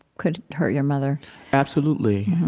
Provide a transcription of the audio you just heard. could hurt your mother absolutely.